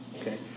Okay